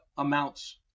amounts